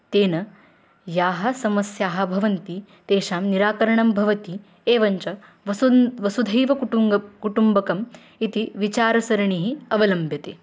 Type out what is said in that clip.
तेन याः समस्याः भवन्ति तेषां निराकरणं भवति एवञ्च वसुन् वसुधैवकुटुम्बकं कुटुम्बकम् इति विचारसरणिः अवलम्ब्यते